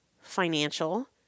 financial